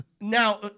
now